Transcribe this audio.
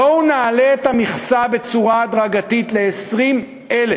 בואו נעלה את המכסה בצורה הדרגתית ל-20,000.